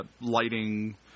lighting